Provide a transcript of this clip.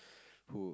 who